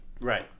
right